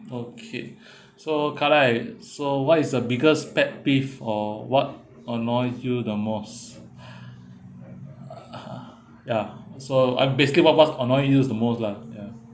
okay so carl right so what is the biggest pet peeve or what annoys you the most (uh huh) ya so um basically what what annoys you the most lah ya